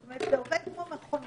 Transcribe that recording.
זאת אומרת שזה עובד כמו מכונה.